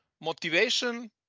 motivation